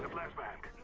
my friend